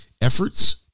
efforts